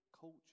culture